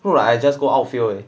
look like I just go outfield